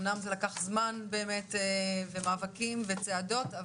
אומנם זה לקח זמן ומאבקים וצעדות.